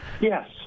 Yes